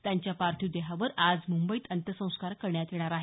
त्यांच्या पार्थिव देहावर आज मुंबईत अंत्यसंस्कार करण्यात येणार आहेत